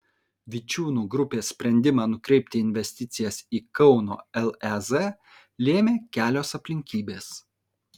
vičiūnų grupės sprendimą nukreipti investicijas į kauno lez lėmė kelios aplinkybės